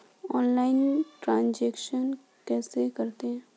Online transaction कैसे करते हैं?